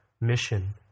mission